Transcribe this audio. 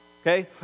okay